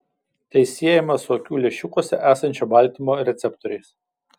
tai siejama su akių lęšiukuose esančio baltymo receptoriais